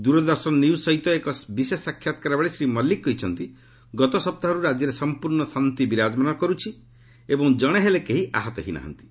Doordarshan news ସହିତ ଏକ ବିଶେଷ ସାକ୍ଷାତକାର ବେଳେ ଶ୍ରୀ ମଲ୍ଲିକ କହିଛନ୍ତି ଗତ ସପ୍ତାହରୁ ରାଜ୍ୟରେ ସମ୍ପର୍ଣ୍ଣ ଶାନ୍ତି ବିରାଜମାନ କରୁଛି ଏବଂ ଜଣେ ହେଲେ କେହି ଆହତ ହୋଇନାହାନ୍ତି